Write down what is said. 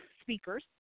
speakers